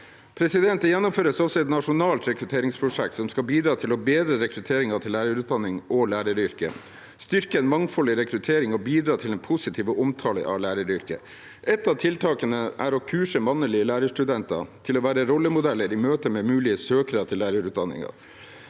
barnehage Det gjennomføres også et nasjonalt rekrutteringsprosjekt som skal bidra til å bedre rekrutteringen til lærerutdanningen og læreryrket, styrke en mangfoldig rekruttering og bidra til en positiv omtale av læreryrket. Et av tiltakene er å kurse mannlige lærerstudenter i å være rollemodeller i møte med mulige søkere til lærerutdanningen.